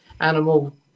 Animal